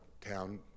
town